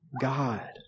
God